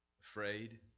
afraid